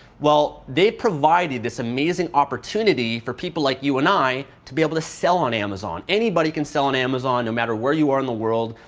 they provide you this amazing opportunity for people like you and i to be able to sell on amazon. anybody can sell on amazon, no matter where you are in the world.